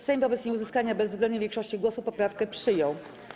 Sejm wobec nieuzyskania bezwzględnej większości głosów poprawkę przyjął.